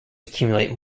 accumulate